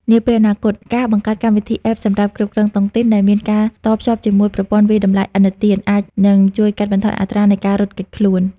នាពេលអនាគត ការបង្កើតកម្មវិធី App សម្រាប់គ្រប់គ្រងតុងទីន ដែលមានការតភ្ជាប់ជាមួយ "ប្រព័ន្ធវាយតម្លៃឥណទាន" អាចនឹងជួយកាត់បន្ថយអត្រានៃការរត់គេចខ្លួន។